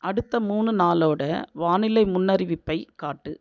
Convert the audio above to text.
அடுத்த மூணு நாளோட வானிலை முன்னறிவிப்பைக் காட்டு